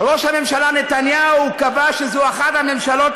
ראש הממשלה נתניהו קבע שזו אחת הממשלות